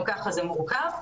גם ככה זה מורכב.